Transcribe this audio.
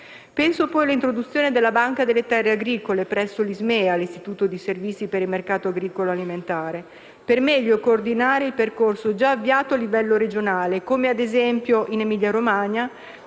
Penso poi all'introduzione della Banca delle terre agricole, presso l'ISMEA (Istituto di servizi per il mercato agricolo alimentare) per meglio coordinare il percorso già avviato a livello regionale, come, ad esempio, in Emilia-Romagna,